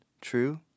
True